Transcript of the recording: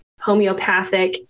homeopathic